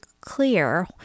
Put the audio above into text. clear